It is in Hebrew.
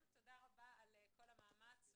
מאפשרת,